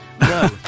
No